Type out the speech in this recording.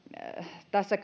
tässä